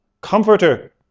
comforter